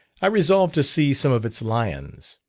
i resolved to see some of its lions.